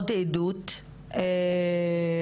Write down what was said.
נמצאת אתנו בזום.